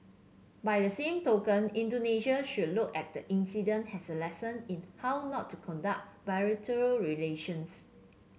by the same token Indonesian should look at the incident has a lesson in how not to conduct bilateral relations